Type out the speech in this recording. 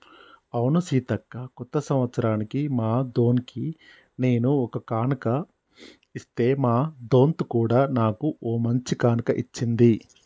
అవును సీతక్క కొత్త సంవత్సరానికి మా దొన్కి నేను ఒక కానుక ఇస్తే మా దొంత్ కూడా నాకు ఓ మంచి కానుక ఇచ్చింది